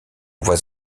voies